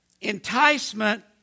enticement